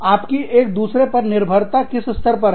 आपकी एक दूसरे पर निर्भर था किस स्तर पर है